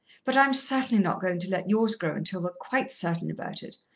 but i'm certainly not goin' to let yours grow until we're quite certain about it.